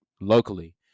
locally